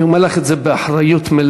אני אומר לך את זה באחריות מלאה.